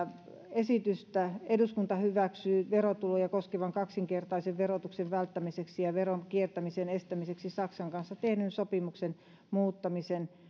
esitystä eduskunta hyväksyy verotuloja koskevan kaksinkertaisen verotuksen välttämiseksi ja veronkiertämisen estämiseksi saksan kanssa tehdyn sopimuksen muuttamisesta